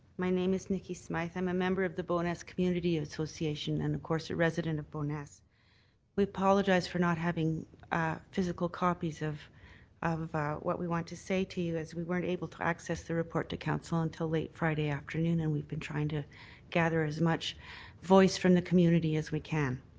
my name is nickie smythe, i'm a member of the bowness community association and of course a resident of bow we apologize for not having physical copies of of what we want to say to you as we weren't able to access the report to council until late friday afternoon and we've been trying to gather as much voice from the community as we can.